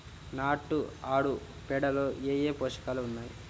నాటు ఆవుపేడలో ఏ ఏ పోషకాలు ఉన్నాయి?